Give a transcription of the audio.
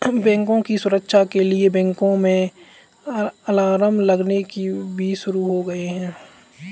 बैंकों की सुरक्षा के लिए बैंकों में अलार्म लगने भी शुरू हो गए हैं